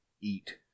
eat